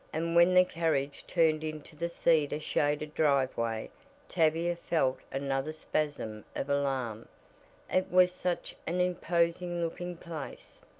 and when the carriage turned into the cedar shaded driveway tavia felt another spasm of alarm it was such an imposing looking place.